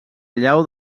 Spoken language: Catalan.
llau